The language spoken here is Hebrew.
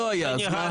לא היה.